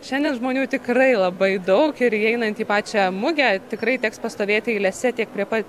šiandien žmonių tikrai labai daug ir įeinantį į pačią mugę tikrai teks pastovėti eilėse tiek prie pa